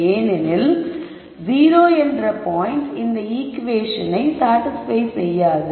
ஏனெனில் 0 என்ற பாயிண்ட் இந்த ஈகுவேஷனை சாடிஸ்பய் செய்யாது